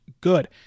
good